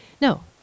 No